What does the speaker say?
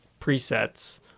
presets